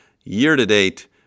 year-to-date